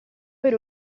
per